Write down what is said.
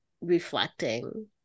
reflecting